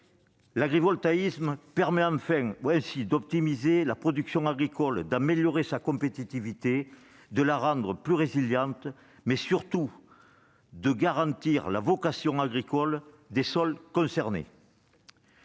L'agrivoltaïsme permet ainsi d'optimiser la production agricole, d'améliorer sa compétitivité, de la rendre plus résiliente. Il permet surtout de garantir la vocation agricole des sols concernés.